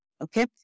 Okay